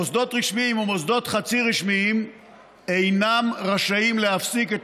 מוסדות רשמיים ומוסדות חצי רשמיים אינם רשאים להפסיק את